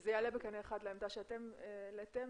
אני רק מפנה את תשומת לבנו לסעיף 5 של החוק שהוא מאפשר גמישות מחקרית,